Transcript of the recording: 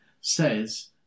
says